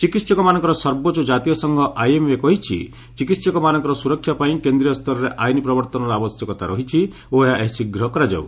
ଚିକିହକମାନଙ୍କର ସର୍ବୋଚ୍ଚ କାତୀୟ ସଂଘ ଆଇଏମ୍ଏ କହିଛି ଚିକିହକମାନଙ୍କର ସ୍ୱରକ୍ଷା ପାଇଁ କେନ୍ଦ୍ରୀୟ ସ୍ତରରେ ଆଇନ ପ୍ରବର୍ତ୍ତନର ଆବଶ୍ୟକତା ରହିଛି ଓ ଏହା ଶୀଘ୍ର କରାଯାଉ